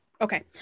Okay